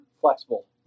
Flexible